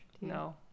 No